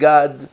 God